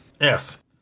Yes